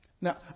Now